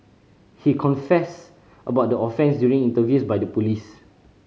he confessed about the offence during interviews by the police